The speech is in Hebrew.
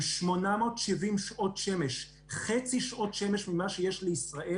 יש לה 870 שעות שמש, שזה חצי ממה שיש לישראל.